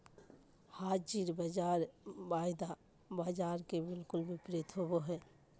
हाज़िर बाज़ार वायदा बाजार के बिलकुल विपरीत होबो हइ